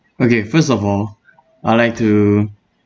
okay first of all I would like to